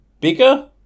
bigger